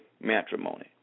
matrimony